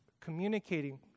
communicating